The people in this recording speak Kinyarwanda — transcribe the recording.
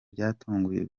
byatunguye